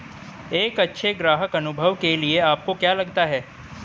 एक अच्छे ग्राहक अनुभव के लिए आपको क्या लगता है?